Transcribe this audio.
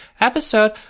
episode